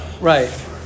Right